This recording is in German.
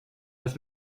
das